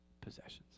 possessions